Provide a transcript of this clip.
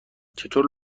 چطور